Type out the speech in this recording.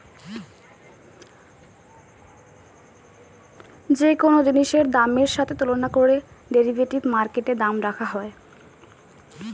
যে কোন জিনিসের দামের সাথে তুলনা করে ডেরিভেটিভ মার্কেটে দাম রাখা হয়